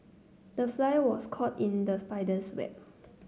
the fly was caught in the spider's web